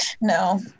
no